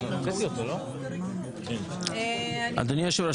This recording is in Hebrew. אדוני היושב-ראש,